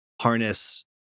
harness